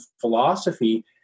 philosophy